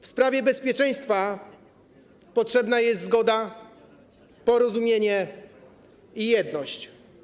W sprawie bezpieczeństwa potrzebne są zgoda, porozumienie i jedność.